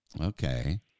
Okay